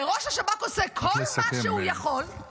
וראש השב"כ עושה כל מה שהוא יכול -- צריך לסכם.